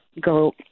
go